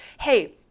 Hey